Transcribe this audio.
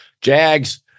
Jags